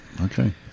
Okay